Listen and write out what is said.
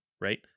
right